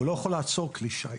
הוא לא יכול לעצור כלי שיט.